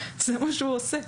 זה מה שהוא עושה.